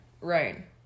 right